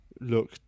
look